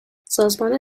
سازمان